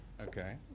Okay